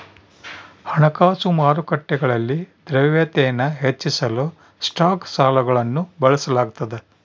ಹಣಕಾಸು ಮಾರುಕಟ್ಟೆಗಳಲ್ಲಿ ದ್ರವ್ಯತೆನ ಹೆಚ್ಚಿಸಲು ಸ್ಟಾಕ್ ಸಾಲಗಳನ್ನು ಬಳಸಲಾಗ್ತದ